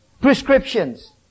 prescriptions